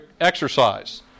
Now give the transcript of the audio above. exercise